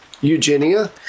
Eugenia